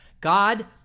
god